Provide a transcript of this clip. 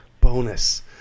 Bonus